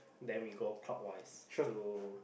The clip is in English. then we go clockwise to